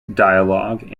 dialogue